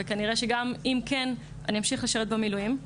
וכנראה שגם אם כן, אני אמשיך לשרת במילואים.